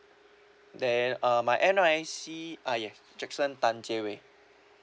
then uh my N_R_I_C ah yes jackson tan jie wei